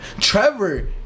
Trevor